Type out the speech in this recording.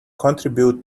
contribute